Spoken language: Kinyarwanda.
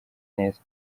neza